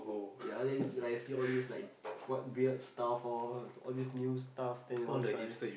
ya then like you see all these like what weird stuff lor all these new stuff then you want try